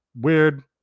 weird